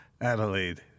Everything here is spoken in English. adelaide